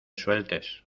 sueltes